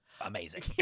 amazing